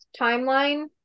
timeline